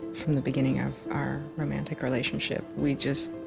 from the beginning of our romantic relationship we just,